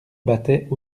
battaient